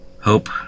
hope